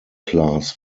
class